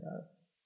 Yes